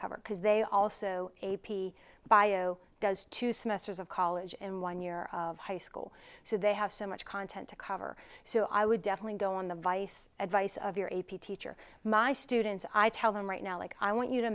cover because they also a p bio does two semesters of college in one year of high school so they have so much content to cover so i would definitely go on the vice advice of your a p teacher my students i tell them right now like i want you to